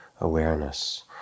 awareness